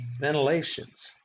ventilations